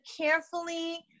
carefully